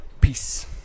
Peace